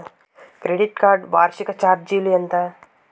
Credit card వార్షిక ఛార్జీలు ఎంత?